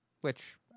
which-